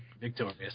victorious